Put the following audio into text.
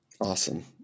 awesome